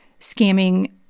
scamming